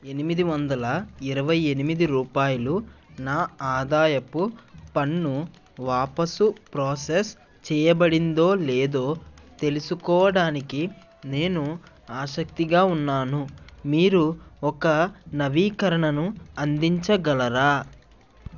ఎనిమిది వందల ఇరవై ఎనిమిది రూపాయలు నా ఆదాయపు పన్ను వాపసు ప్రాసెస్ చేయబడిందో లేదో తెలుసుకోవడానికి నేను ఆసక్తిగా ఉన్నాను మీరు ఒక నవీకరణను అందించగలరా